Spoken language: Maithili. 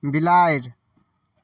बिलाड़ि